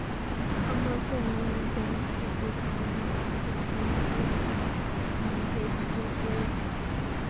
ᱟᱢᱟᱜ ᱠᱤ online payment ᱞᱟᱹᱜᱤᱫ ᱡᱟᱦᱟᱱᱟᱜ ᱚᱯᱥᱮᱱ ᱠᱚ ᱢᱮᱱᱟᱜ ᱛᱟᱢᱟ ᱡᱮᱢᱚᱱ ᱯᱷᱳᱱ ᱯᱮ ᱜᱩᱜᱳᱞ ᱯᱮ